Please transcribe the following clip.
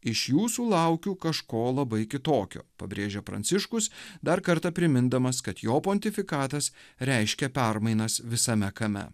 iš jūsų laukiau kažko labai kitokio pabrėžė pranciškus dar kartą primindamas kad jo pontifikatas reiškia permainas visame kame